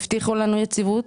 הבטיחו לנו יציבות.